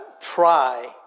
try